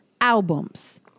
albums